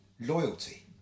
loyalty